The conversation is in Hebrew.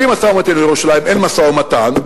בלי משא-ומתן על ירושלים אין משא-ומתן.